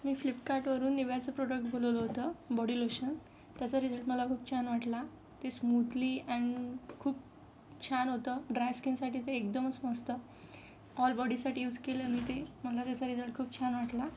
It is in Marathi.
मी फ्लिपकार्टवरून निव्याचं प्रोडक्ट बोलावलं होतं बॉडी लोशन त्याचा रिझल्ट मला खूप छान वाटला ते स्मूथली अँड खूप छान होतं ड्राय स्कीनसाठी ते एकदमच मस्त ऑल बॉडीसाठी यूज केलं मी ते मला त्याचा रिझल्ट खूप छान वाटला